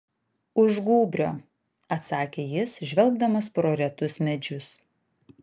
už gūbrio atsakė jis žvelgdamas pro retus medžius